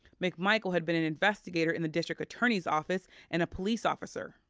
mcmichael had been an investigator in the district attorney's office and a police officer.